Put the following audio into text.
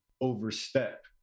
overstep